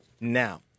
Now